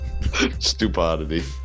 Stupidity